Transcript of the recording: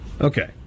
Okay